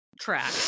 track